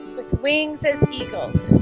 with wings as eagles